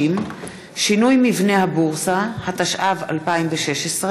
60) (שינוי מבנה הבורסה), התשע"ו 2016,